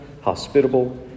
hospitable